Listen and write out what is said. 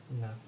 No